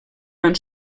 van